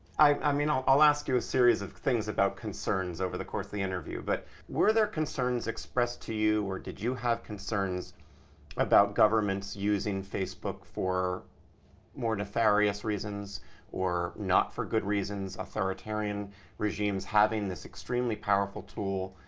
i mean i'll i'll ask you a series of things about concerns over the course of the interview. but were there concerns expressed to you or did you have concerns about governments using facebook for more nefarious reasons or not for good reasons, authoritarian regimes having this extremely powerful tool?